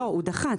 לא, הוא דח"צ.